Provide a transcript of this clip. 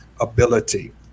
ability